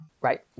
Right